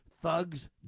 Thugs